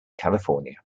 california